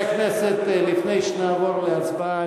שנעבור להצבעה,